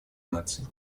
наций